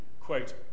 quote